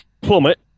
plummet